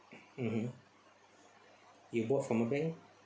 mmhmm you bought from where